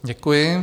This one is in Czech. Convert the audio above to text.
Děkuji.